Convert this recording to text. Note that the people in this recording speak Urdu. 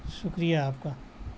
شکریہ آپ کا